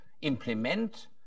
implement